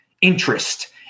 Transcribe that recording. Interest